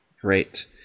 Great